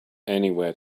anywhere